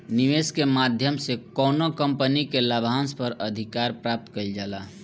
निवेस के माध्यम से कौनो कंपनी के लाभांस पर अधिकार प्राप्त कईल जाला